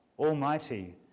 Almighty